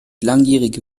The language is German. langjährige